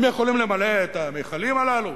הם יכולים למלא את המכלים הללו?